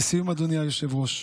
לסיום, אדוני היושב-ראש,